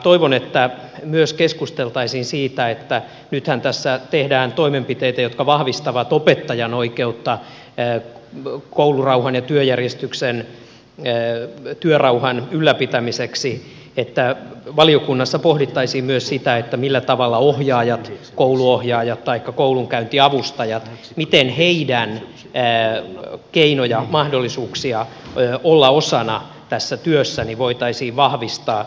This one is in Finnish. toivon että valiokunnassa myös keskusteltaisiin siitä nythän tässä tehdään toimenpiteitä jotka vahvistavat opettajan oikeutta koulurauhan ja työjärjestyksen työrauhan ylläpitämiseksi että valiokunnassa pohdittaisiin myös siitä että millä tavalla ohjaajien kouluohjaajien taikka koulunkäyntiavustajien keinoja mahdollisuuksia olla osana tässä työssä voitaisiin vahvistaa